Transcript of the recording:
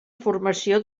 formació